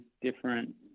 different